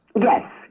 Yes